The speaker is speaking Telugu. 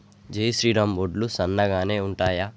జై శ్రీరామ్ వడ్లు సన్నగనె ఉంటయా?